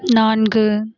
நான்கு